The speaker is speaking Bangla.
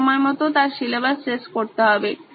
তাকে সময়মতো তার সিলেবাস শেষ করতে হবে